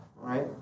right